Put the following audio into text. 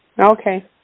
Okay